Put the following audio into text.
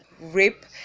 rape